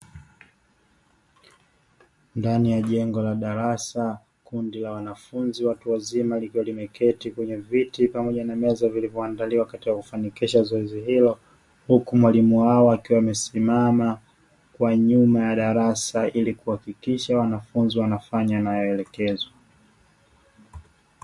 Ndani ya jengo la darasa, kundi la wanafunzi watu wazima likiwa limeketi kwenye viti pamoja na meza vilivyoandaliwa kwa ajili ya kufanikisha zoezi hilo, huku mwalimu wao akiwa amesimama kwa nyuma ya darasa ili kuhakikisha wanafunzi wanafanya yanayoelekezwa.